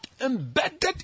embedded